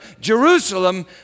Jerusalem